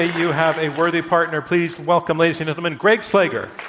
you have a worthy partner. please welcome, ladies and gentlemen, gregg slager.